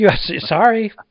Sorry